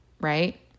right